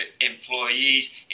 employees